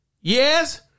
yes